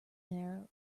near